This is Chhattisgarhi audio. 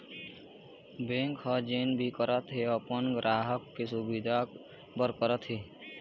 बेंक ह जेन भी करत हे अपन गराहक के सुबिधा बर करत हे